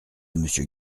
monsieur